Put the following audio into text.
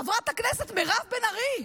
חברת הכנסת מירב בן ארי,